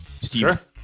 Steve